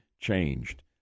changed